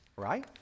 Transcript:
right